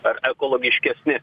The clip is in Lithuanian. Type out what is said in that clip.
ar ekologiškesni